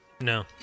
No